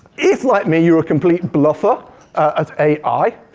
if like me you're a complete bluffer at ai,